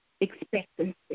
Expectancy